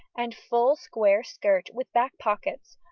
and full square skirt, with back pockets,